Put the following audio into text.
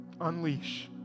unleash